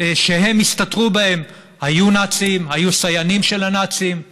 שהם הסתתרו בהם היו נאצים, היו סייענים של הנאצים.